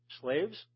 Slaves